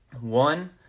One